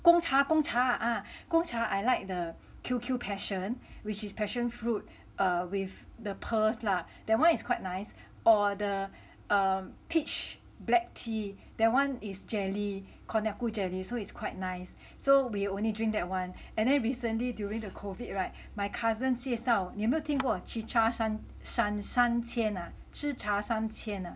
Gong Cha 贡茶 Gong Cha I like the Q_Q passion which is passion fruit with the pearls lah that one is quite nice or the um peach black tea that one is jelly konnyaku jelly so it's quite nice so we only drink that one and then recently during the COVID [right] my cousin 介绍你有没有听过 chicha san san 三千呢吃茶三千啊